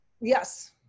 Yes